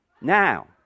Now